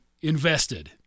invested